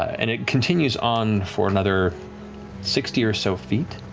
and it continues on for another sixty or so feet.